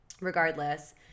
Regardless